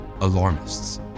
alarmists